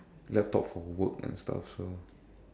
laptop for work and stuff so